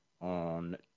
on